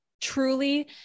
truly